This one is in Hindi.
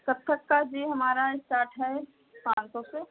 कथक का जी हमारा स्टार्ट है पाँच सौ से